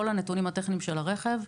כל הנתונים הטכניים של הרכב,